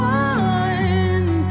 one